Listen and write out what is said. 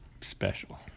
special